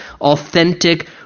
authentic